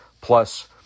plus